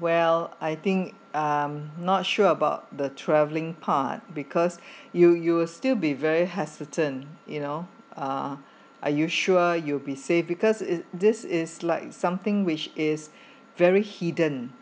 well I think um not sure about the travelling part because you you'll still be very hesitant you know uh are you sure you will be safe because is this is like something which is very hidden